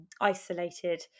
isolated